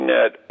Net